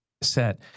set